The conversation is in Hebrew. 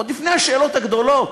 עוד לפני השאלות הגדולות,